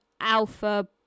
Alpha